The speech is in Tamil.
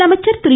முதலமைச்சர் திரு